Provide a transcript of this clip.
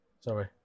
Sorry